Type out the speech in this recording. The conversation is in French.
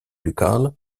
ducal